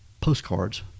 postcards